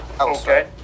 okay